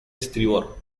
estribor